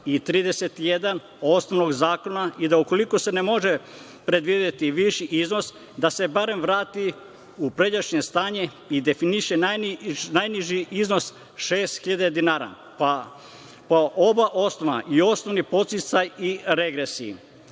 31. osnovnog zakona i da ukoliko se ne može predvideti viši iznos, da se barem vrati u pređašnje stanje i definiše najniži iznos 6.000 dinara, po oba osnova i osnovni podsticaj i regresi.